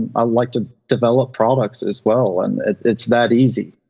i like to develop products as well, and it's that easy.